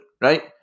right